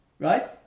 Right